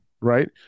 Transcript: right